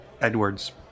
Edwards